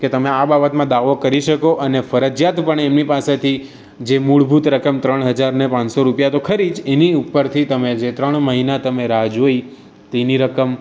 કે તમે આ બાબતમાં દાવો કરી શકો અને ફરજિયાતપણે એમની પાસેથી જે મૂળભૂત રકમ ત્રણ હજાર ને પાંચસો રૂપિયા તો ખરી જ એની ઉપરથી તમે જે ત્રણ મહિના તમે રાહ જોઈ તેની રકમ